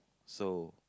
so